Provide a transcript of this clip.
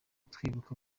twibuka